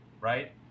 right